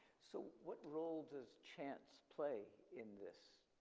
so what role does chance play in this?